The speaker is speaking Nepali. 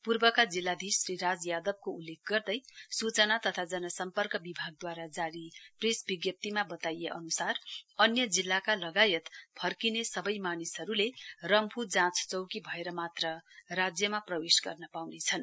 पूर्वका जिल्लाधीश श्री राज यादवको उल्लेख गर्दै सूचना तथा जनसम्पर्क विभागद्वारा जारी प्रेस विज्ञप्तिमा बताइए अन्सार अन्य जिल्लाका लगायत फर्किने सबै मानिसहरूले रम्फू जाँच चौकी भएर मात्र राज्यमा प्रवेश गर्न पाउनेछन्